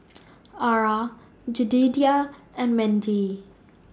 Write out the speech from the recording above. Arah Jedidiah and Mendy